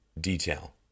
detail